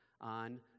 on